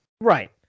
Right